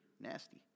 Nasty